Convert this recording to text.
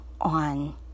on